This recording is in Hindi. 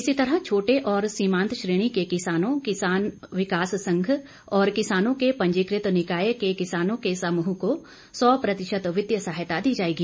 इसी तरह छोटे और सीमांत श्रेणी के किसानों किसान विकास संघ और किसानों के पंजीकृत निकाय के किसानों के समूह को सौ प्रतिशत वित्तीय सहायता दी जाएगी